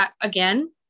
Again